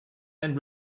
and